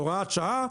הוראת שעה,